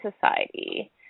Society